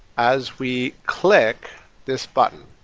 as we click this button.